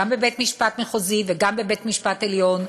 גם בבית-משפט מחוזי וגם בבית-משפט עליון,